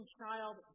child